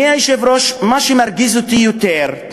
אדוני היושב-ראש, מה שמרגיז אותי יותר,